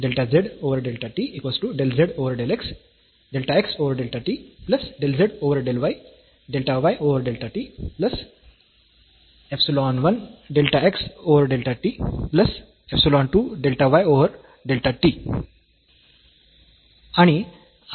आणि आता जर आपण लिमिट डेल्टा t हा 0 ला जातो अशी घेतली तर काय होईल